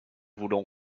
voulons